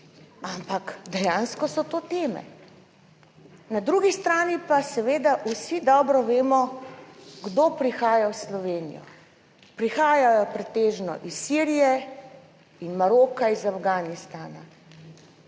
ampak dejansko so to teme, na drugi strani pa seveda vsi dobro vemo kdo prihaja v Slovenijo, prihajajo pretežno iz Sirije in Maroka iz Afganistana.